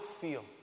feel